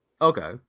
Okay